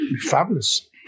fabulous